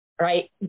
right